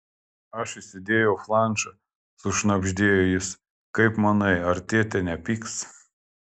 aš įsidėjau flanšą sušnabždėjo jis kaip manai ar tėtė nepyks